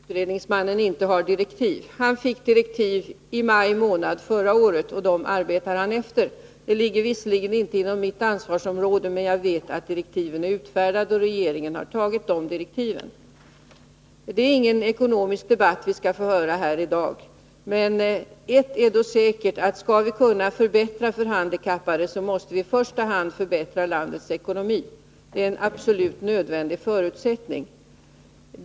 Herr talman! Det är fel, Göran Karlsson, att säga att utredningsmannen inte har några direktiv. Han fick direktiv i maj månad förra året, och dem arbetar han efter. Det ligger visserligen inte inom mitt ansvarsområde, men jag vet att direktiven är utfärdade, och regeringen har antagit dem. Det är ingen ekonomisk debatt vi skall föra här i dag, men ett är säkert: Skall vi kunna förbättra för de handikappade måste vi i första hand förbättra landets ekonomi. Det är en absolut nödvändig förutsättning.